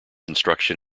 instruction